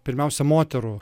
pirmiausia moterų